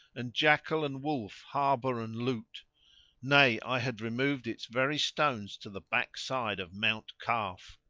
and jackal and wolf harbour and loot nay i had removed its very stones to the back side of mount kaf.